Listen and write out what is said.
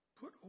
put